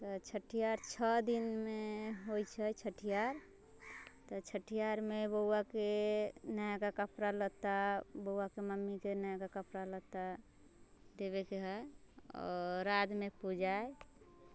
तऽ छठिहार छओ दिनमे होइ छै छठिहार तऽ छठिहारमे बौआके नयका कपड़ा बौआके मम्मीके नयका कपड़ा लत्ता देबेके हय आओर